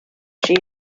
she